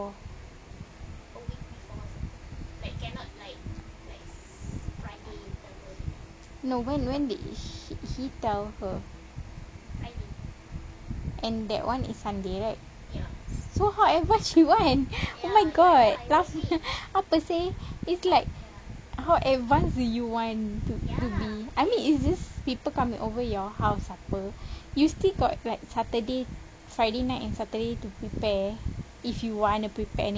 no no when when did he tell her and that [one] is sunday right ya so how advance she wants oh my god apa seh it's like how advance do you want to be I mean it's just people coming over your house apa you still got like saturday friday night and saturday to prepare if you want to prepare anything